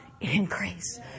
increase